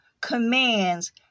commands